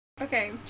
Okay